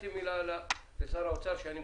פניתי --- מה התשובות שקיבלת כשפנית?